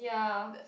ya